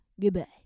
Goodbye